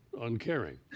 uncaring